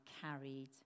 carried